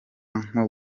nko